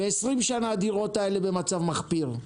ו-20 שנה הדירות האלה במצב מחפיר.